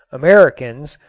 americans,